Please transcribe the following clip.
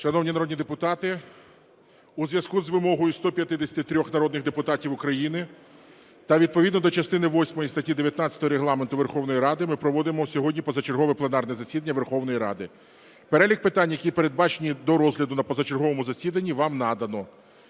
Шановні народні депутати, у зв'язку з вимогою 153 народних депутатів України та відповідно до частини восьмої статті 19 Регламенту Верховної Ради ми проводимо сьогодні позачергове пленарне засідання Верховної Ради. Перелік питань, які передбачені до розгляду на позачерговому засіданні, вам надано.